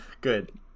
good